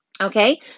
okay